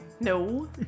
No